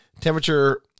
Temperature